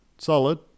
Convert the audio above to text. Solid